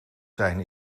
zijn